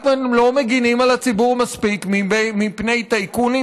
אתם לא מגינים מספיק על הציבור מפני טייקונים,